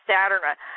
Saturn